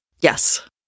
Yes